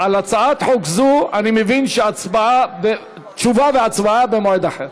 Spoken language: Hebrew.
על הצעת חוק זו אני מבין שתשובה והצבעה במועד אחר.